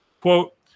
Quote